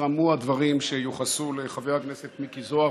פורסמו הדברים שיוחסו לחבר הכנסת מיקי זוהר,